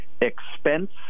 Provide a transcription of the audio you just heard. expense